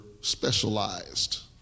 specialized